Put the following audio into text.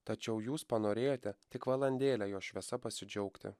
tačiau jūs panorėjote tik valandėlę jo šviesa pasidžiaugti